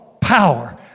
power